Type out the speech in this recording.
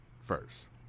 first